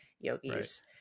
yogis